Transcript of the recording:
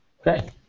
Okay